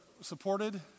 supported